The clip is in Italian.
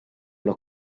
alla